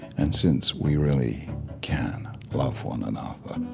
and since we really can love one another,